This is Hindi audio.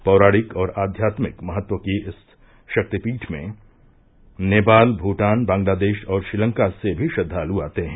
पौराणिक और अध्यात्मिक महत्व की इस शक्तिपीठ में नेपाल भूटान बाग्लादेश और श्रीलंका से भी श्रद्वालु आते हैं